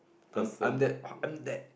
I'm I'm that am that